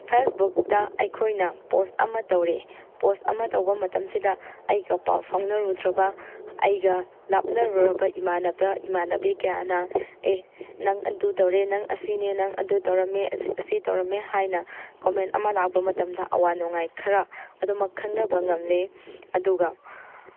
ꯐꯦꯁꯕꯨꯛꯇ ꯑꯩꯈꯣꯏꯅ ꯄꯣꯁ ꯑꯃ ꯇꯧꯔꯦ ꯄꯣꯁ ꯑꯃ ꯇꯧꯕ ꯃꯇꯝꯁꯤꯗ ꯑꯩꯒ ꯄꯥꯎ ꯐꯥꯎꯅꯔꯨꯗ꯭ꯔꯕ ꯑꯩꯒ ꯂꯥꯞꯅꯔꯨꯔꯕ ꯏꯃꯥꯟꯅꯕ ꯏꯃꯥꯟꯅꯕꯤ ꯀꯌꯥꯅ ꯑꯦ ꯅꯪ ꯑꯗꯨ ꯇꯧꯔꯦ ꯅꯪ ꯑꯁꯤꯅꯦ ꯅꯪ ꯑꯗꯨ ꯇꯧꯔꯝꯃꯦ ꯁꯤ ꯇꯧꯔꯝꯃꯦ ꯍꯥꯏꯅ ꯀꯣꯃꯦꯟ ꯑꯃ ꯂꯥꯛꯄ ꯃꯇꯝꯗ ꯑꯋꯥ ꯅꯨꯡꯉꯥꯏ ꯈꯔ ꯑꯗꯨꯃꯛ ꯈꯪꯅꯕ ꯉꯝꯂꯦ ꯑꯗꯨꯒ